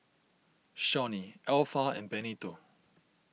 Shawnee Alpha and Benito